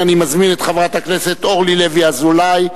אני מזמין את חברת הכנסת אורלי לוי אזולאי,